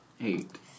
Eight